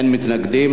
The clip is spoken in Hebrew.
אין מתנגדים.